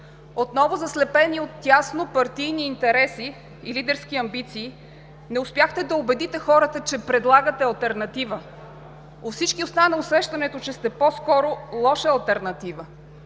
Отново, заслепени от тяснопартийни интереси и лидерски амбиции, не успяхте да убедите хората, че предлагате алтернатива. У всички остана усещането, че сте по-скоро лоша алтернатива.